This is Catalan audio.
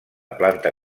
planta